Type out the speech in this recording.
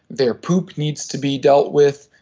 their poop needs to be dealt with.